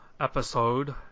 episode